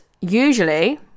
usually